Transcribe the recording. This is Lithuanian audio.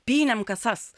pynėm kasas